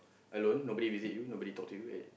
alone nobody visit you nobody talk to you ya ya